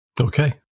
Okay